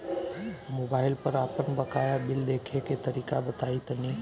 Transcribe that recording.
Mobile पर आपन बाकाया बिल देखे के तरीका बताईं तनि?